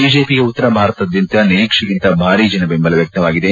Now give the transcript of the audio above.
ಬಿಜೆಪಿಗೆ ಉತ್ತರ ಭಾರತದಾದ್ಯಂತ ನಿರೀಕ್ಷೆಗಿಂತ ಭಾರೀ ಜನಜೆಂಬಲ ವ್ಯಕ್ತವಾಗಿದೆ